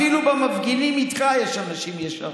אפילו במפגינים איתך יש אנשים ישרים.